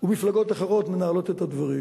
ומפלגות אחרות מנהלות את הדברים,